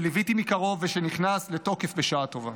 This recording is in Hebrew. שליוויתי מקרוב ושנכנס לתוקף בשעה טובה.